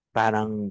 parang